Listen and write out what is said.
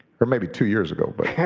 or maybe two years ago, but. yeah